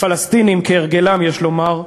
הפלסטינים, כהרגלם, יש לומר,